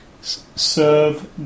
serve